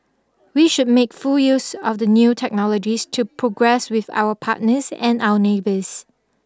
we should make full use of the new technologies to progress with our partners and our neighbours